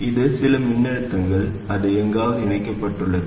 இது சில மின்னழுத்தங்கள் அது எங்காவது இணைக்கப்பட்டுள்ளது